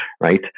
right